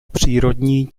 přírodní